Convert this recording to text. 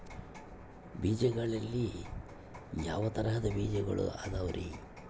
ಬೇಜಗಳಲ್ಲಿ ಯಾವ ತರಹದ ಬೇಜಗಳು ಅದವರಿ?